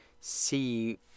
see